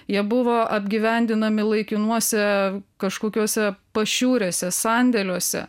jie buvo apgyvendinami laikinuose kažkokiose pašiūrėse sandėliuose